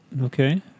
Okay